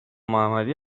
محمدی